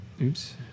Oops